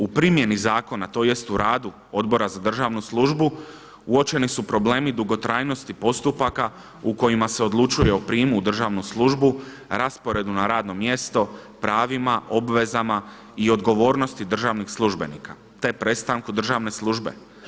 U primjeni zakona, tj. u radu Odbora za državnu službu uočeni su problemi dugotrajnosti postupaka u kojima se odlučuje o prijemu u državnu službu, rasporedu na radno mjesto, pravima, obvezama i odgovornosti državnih službenika, te prestanku državne službe.